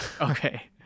Okay